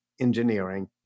engineering